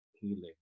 healing